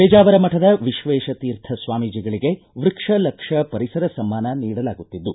ಪೇಜಾವರ ಮಠದ ವಿಶ್ವೇಶತೀರ್ಥ ಸ್ವಾಮೀಜಿಗಳಿಗೆ ವೃಕ್ಷ ಲಕ್ಷ್ಯ ಪರಿಸರ ಸಮ್ಮಾನ ನೀಡಲಾಗುತ್ತಿದ್ದು